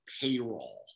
payroll